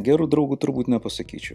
gerų draugų turbūt nepasakyčiau